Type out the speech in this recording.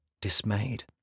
dismayed